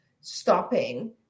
stopping